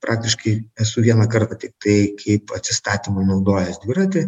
praktiškai esu vieną kartą tiktai kaip atsistatymui naudojęs dviratį